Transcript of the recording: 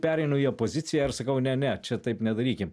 pereinu į opoziciją ir sakau ne ne čia taip nedarykim